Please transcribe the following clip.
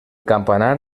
campanar